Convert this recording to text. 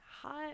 hot